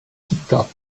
kita